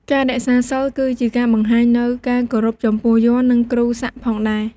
ការរក្សាសីលគឺជាការបង្ហាញនូវការគោរពចំពោះយ័ន្ត និងគ្រូសាក់ផងដែរ។